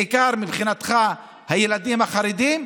בעיקר מבחינתך הילדים החרדים,